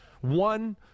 One